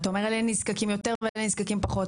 אתה אומר אלה נזקקים יותר ואלה נזקקים פחות,